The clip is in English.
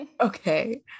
Okay